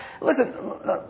Listen